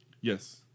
yes